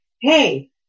hey